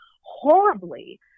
horribly